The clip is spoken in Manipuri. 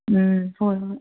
ꯎꯝ ꯍꯣꯏ ꯍꯣꯏ